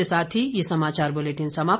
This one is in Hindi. इसी के साथ ये समाचार बुलेटिन समाप्त हुआ